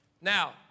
Now